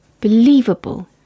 believable